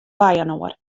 byinoar